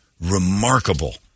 remarkable